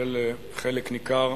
של חלק ניכר